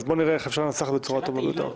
אז בואו נראה איך אפשר לנסח בצורה הטובה ביותר.